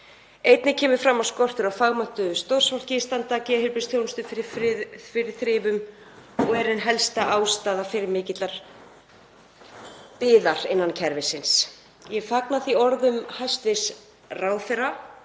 Einnig kemur fram að skortur á fagmenntuðu starfsfólki stendur geðheilbrigðisþjónustu fyrir þrifum og er ein helsta ástæða fyrir mikilli bið innan kerfisins. Ég fagna því orðum hæstv. ráðherra